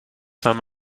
saint